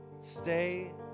Stay